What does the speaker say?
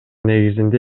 негизинде